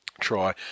try